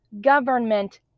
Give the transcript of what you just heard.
government